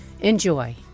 Enjoy